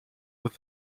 with